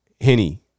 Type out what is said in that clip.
Henny